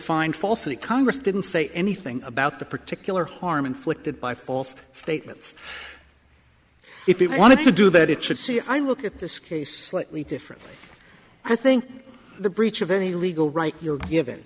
find falsity congress didn't say anything about the particular harm inflicted by false statements if you want to do that it should say i look at this case slightly differently i think the breach of any legal right you're given